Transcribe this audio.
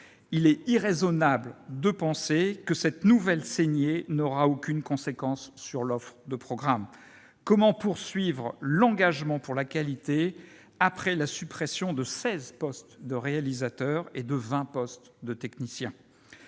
Il est déraisonnable de penser que cette nouvelle saignée n'aura aucune conséquence sur l'offre de programmes ! Comment poursuivre l'engagement pour la qualité, après la suppression de seize postes de réalisateurs et de vingt postes de techniciens ?